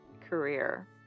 career